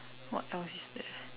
what else is there